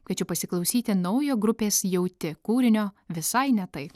kviečiu pasiklausyti naujo grupės jauti kūrinio visai ne tai